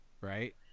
right